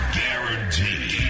guaranteed